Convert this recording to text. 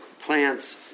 plants